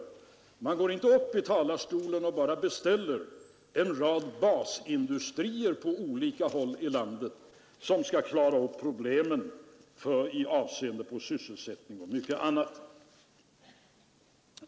Man går inte bara upp i talarstolen och beställer en rad basindustrier på olika håll i landet, industrier som skall klara problemen med avseende på sysselsättning och mycket annat.